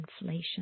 inflation